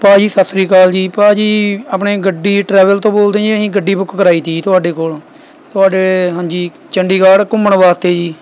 ਭਾਅ ਜੀ ਸਤਿ ਸ਼੍ਰੀ ਅਕਾਲ ਜੀ ਭਾਅ ਜੀ ਆਪਣੇ ਗੱਡੀ ਟ੍ਰੈਵਲ ਤੋਂ ਬੋਲਦੇ ਹੋਂ ਜੀ ਅਸੀਂ ਗੱਡੀ ਬੁੱਕ ਕਰਾਈ ਤੀ ਜੀ ਤੁਹਾਡੇ ਕੋਲੋਂ ਤੁਹਾਡੇ ਹਾਂਜੀ ਚੰਡੀਗੜ੍ਹ ਘੁੰਮਣ ਵਾਸਤੇ ਜੀ